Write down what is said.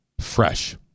fresh